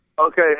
Okay